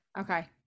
Okay